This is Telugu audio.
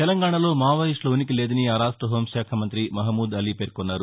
తెలంగాణలో మావోయిస్టుల ఉనికి లేదని ఆ రాష్ట హూంశాఖా మంతి మహమూద్ అలీ పేర్కొన్నారు